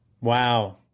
Wow